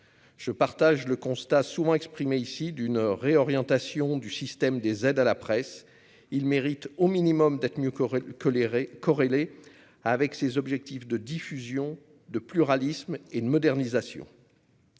je partage le constat souvent exprimée, ici d'une réorientation du système des aides à la presse, il mérite au minimum d'être mieux que que l'éré corrélé avec ses objectifs de diffusion de pluralisme et de modernisation,